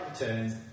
returns